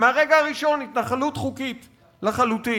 מהרגע הראשון התנחלות חוקית לחלוטין.